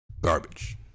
Garbage